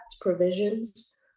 provisions